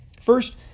First